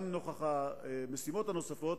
גם נוכח המשימות הנוספות,